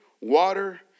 water